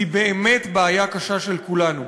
היא באמת בעיה קשה של כולנו.